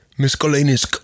Miscellaneous